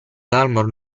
dalmor